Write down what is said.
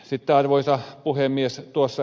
sitten arvoisa puhemies ed